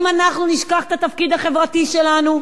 אם אנחנו נשכח את התפקיד החברתי שלנו,